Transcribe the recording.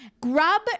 grab